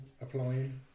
applying